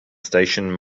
station